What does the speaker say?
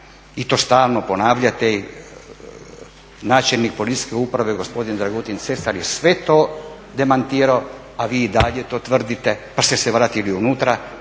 i to stalno ponavljate. Načelnik policijske uprave gospodin Dragutin Cesar je sve to demantirao, a vi i dalje to tvrdite. Pa ste se vratili unutra,